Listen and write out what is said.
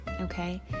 okay